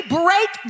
break